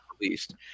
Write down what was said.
released